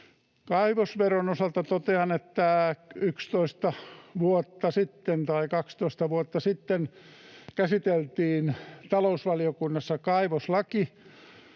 Kaivosveron osalta totean, että 11 tai 12 vuotta sitten käsiteltiin talousvaliokunnassa kaivoslaki,